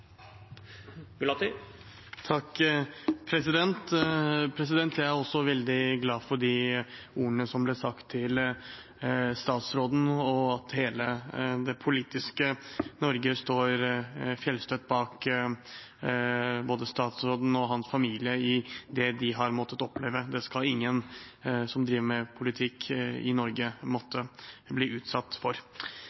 også veldig glad for de ordene som ble sagt til statsråden, og at hele det politiske Norge står fjellstøtt bak både statsråden og hans familie i det de har måttet oppleve. Det skal ingen som driver med politikk i Norge,